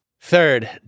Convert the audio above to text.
Third